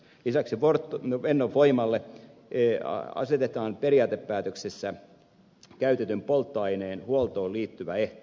lisäksi fennovoimalle asetetaan periaatepäätöksessä käytetyn polttoaineen huoltoon liittyvä ehto